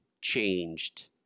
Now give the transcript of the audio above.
changed